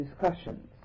discussions